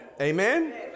Amen